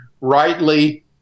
rightly